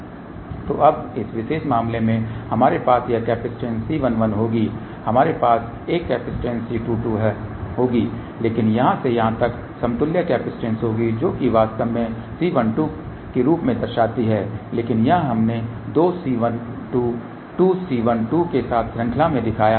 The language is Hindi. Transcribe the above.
तो अब इस विशेष मामले में हमारे पास यह कैपेसिटेंस C11 होगी हमारे पास एक कैपेसिटेंस C22 होगी लेकिन यहाँ से यहाँ समतुल्य कैपेसिटेंस होगी जो कि वास्तव में C12 के रूप में दर्शाती है लेकिन यहाँ हमने 2 C12 2C12 के साथ श्रृंखला में दिखाया है